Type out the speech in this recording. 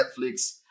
Netflix